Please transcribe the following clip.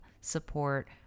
support